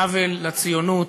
עוול לציונות,